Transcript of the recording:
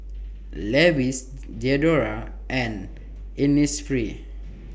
Levi's Diadora and Innisfree